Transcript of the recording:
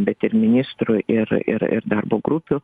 bet ir ministrų ir ir ir darbo grupių